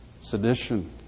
sedition